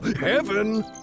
Heaven